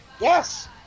Yes